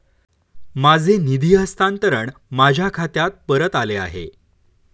माझे निधी हस्तांतरण माझ्या खात्यात परत आले आहे